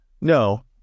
No